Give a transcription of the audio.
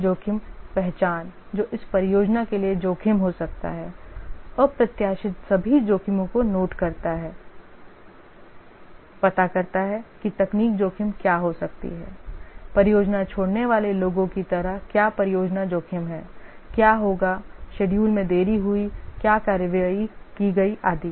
जोखिम पहचान जो इस परियोजना के लिए जोखिम हो सकता है अप्रत्याशित सभी जोखिमों को नोट करता है पता करता है कि तकनीकी जोखिम क्या हो सकता है परियोजना छोड़ने वाले लोगों की तरह क्या परियोजना जोखिम है क्या होगाशेड्यूल में देरी हुई क्या कार्रवाई की गई आदि